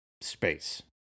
space